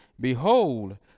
behold